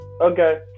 Okay